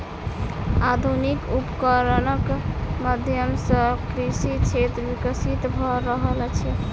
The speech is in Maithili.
आधुनिक उपकरणक माध्यम सॅ कृषि क्षेत्र विकसित भ रहल अछि